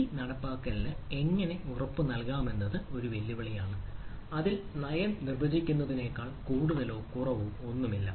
ഈ നടപ്പാക്കലിന് എങ്ങനെ ഉറപ്പ് നൽകാമെന്നത് ഒരു വലിയ വെല്ലുവിളിയാണ് അതിൽ നയം നിർവചിക്കുന്നതിനേക്കാൾ കൂടുതലോ കുറവോ ഒന്നുമില്ല